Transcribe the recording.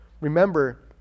Remember